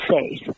safe